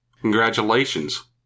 Congratulations